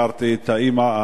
הכרתי את האמא,